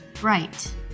bright